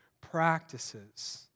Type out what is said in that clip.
practices